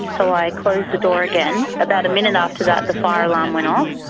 so i closed the door again. about a minute after that, the fire alarm went off.